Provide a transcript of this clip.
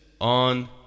on